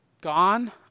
gone